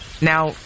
Now